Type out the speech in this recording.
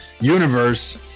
universe